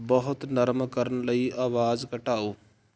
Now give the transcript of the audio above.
ਬਹੁਤ ਨਰਮ ਕਰਨ ਲਈ ਆਵਾਜ਼ ਘਟਾਓ